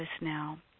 now